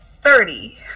Thirty